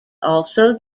also